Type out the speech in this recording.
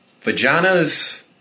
Vaginas